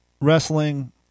wrestling